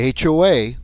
HOA